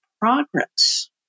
progress